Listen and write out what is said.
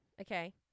okay